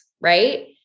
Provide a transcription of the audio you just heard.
Right